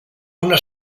una